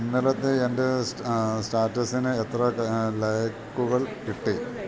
ഇന്നലത്തെ എന്റെ സ്റ്റാറ്റസിന് എത്ര ലൈക്കുകൾ കിട്ടി